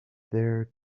their